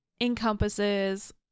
encompasses